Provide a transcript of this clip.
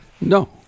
no